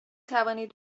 توانید